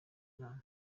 inama